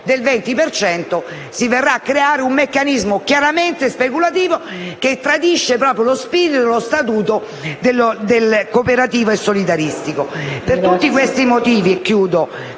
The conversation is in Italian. cento si verrà a creare un meccanismo chiaramente speculativo, che tradisce lo spirito dello statuto cooperativo e solidaristico. Per tutti questi motivi, crediamo